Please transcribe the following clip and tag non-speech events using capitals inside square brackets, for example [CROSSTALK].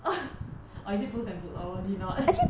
[LAUGHS] or is it puss and boots 我忘记了